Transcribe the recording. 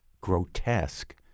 grotesque